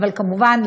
אבל כמובן,